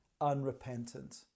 unrepentant